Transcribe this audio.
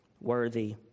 worthy